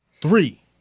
Three